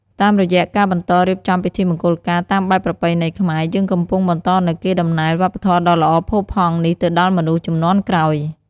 តាមរយៈការបន្តរៀបចំពិធីមង្គលការតាមបែបប្រពៃណីខ្មែរ យើងកំពុងបន្តនូវកេរដំណែលវប្បធម៌ដ៏ល្អផូរផង់នេះទៅដល់មនុស្សជំនាន់ក្រោយ។